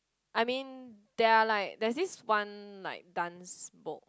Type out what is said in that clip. I mean there are like there's this one like dance book